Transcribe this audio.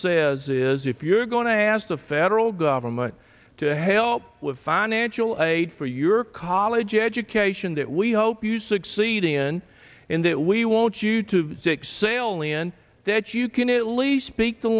says is if you're going to ask the federal government to help with financial aid for your college education that we hope you succeed in in that we want you to fix sailin that you can at least speak the